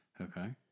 Okay